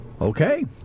Okay